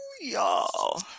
y'all